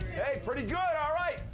hey, pretty good. all right.